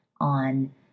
on